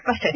ಸ್ಪಷ್ಟನೆ